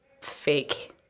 fake